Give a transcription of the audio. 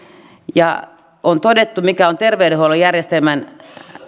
on todettu mikä on terveydenhuollon järjestelmän